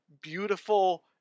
beautiful